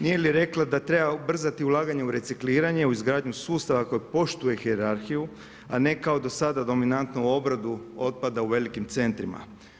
Nije li rekla da treba ubrzati ulaganje u recikliranje u izgradnju sustava koji poštuje hijerarhiju, a ne kao do sada u dominantnu obradu otpada u velikim centrima?